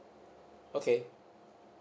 okay